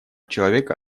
человека